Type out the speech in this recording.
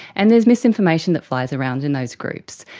and there's misinformation that flies around in those groups.